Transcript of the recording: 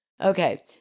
Okay